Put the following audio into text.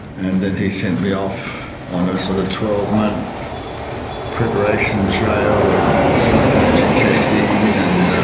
and then he sent me off on a sort of twelve month preparation trail of psychometric testing and